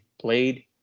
played